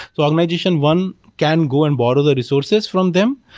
so organization one can go and borrow the resources from them.